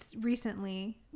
recently